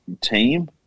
team